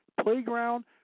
playground